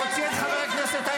על אלה את מגינה.